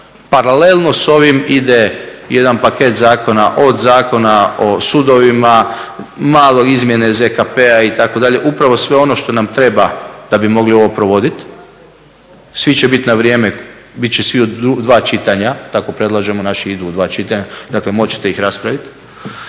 paralelno s ovim ide jedan paket zakona od Zakona o sudovima, malo izmjene ZKP-a itd. upravo sve ono što nam treba da bi mogli ovo provodit. Svi će bit na vrijeme, bit će u dva čitanja, tako predlažemo, naši idu u dva čitanja, dakle moći ćete ih raspraviti.